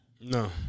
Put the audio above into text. No